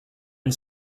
and